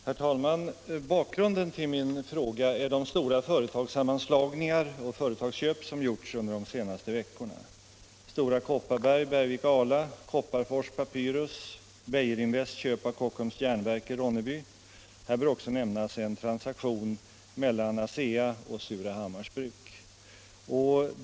Herr talman! Bakgrunden till min fråga är de stora företagssammanslagningar och företagsköp som gjorts under de senaste veckorna: Stora Kopparberg — Bergvik och Ala, Kopparfors — Papyrus, Beijerinvests köp av Kockums järnverk i Ronneby. Här bör också nämnas en transaktion mellan ASEA och Surahammars bruk.